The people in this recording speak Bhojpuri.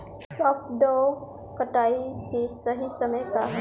सॉफ्ट डॉ कटाई के सही समय का ह?